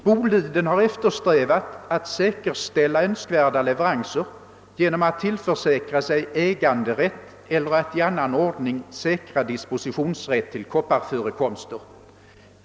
——— Boliden har eftersträvat att säkerställa önskvärda leveranser genom att tillförsäkra sig äganderätt eller att i annan ordning säkra dispositionsrätt till kopparförekomster.